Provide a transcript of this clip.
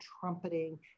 trumpeting